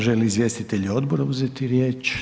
Žele li izvjestitelji odbora uzeti riječ?